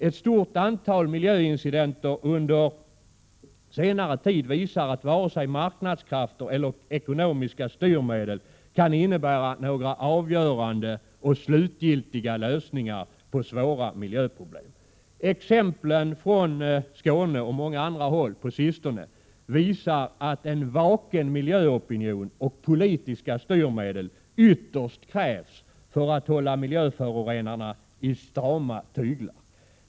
Ett stort antal miljöincidenter under senare tid visar att vare sig marknadskrafter eller ekonomiska styrmedel kan innebära några avgörande och slutgiltiga lösningar på svåra miljöproblem. Exemplen från Skåne och många andra håll på sistone visar att en vaken miljöopinion och politiska styrmedel ytterst krävs för att hålla miljöförorenarna i strama tyglar.